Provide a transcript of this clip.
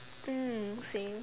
mm same